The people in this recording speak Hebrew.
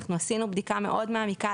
אנחנו עשינו בדיקה מאוד מעמיקה,